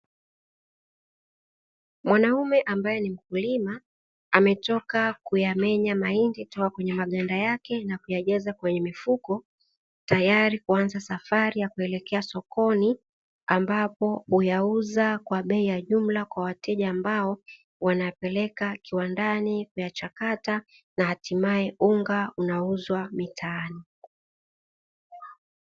Mwanamume ambaye ni mkulima ametoka kuyamenya mahindi toka kwenye maganda yake na kuyajaza kwenye mifuko tayari kuanza safari ya kuelekea sokoni ambapo uyauza kwa bei ya jumla kwa wateja ambao wanapeleka kiwandani kuyachakata na hatimaye unga unauzwa mitaani.